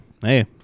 hey